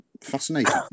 fascinating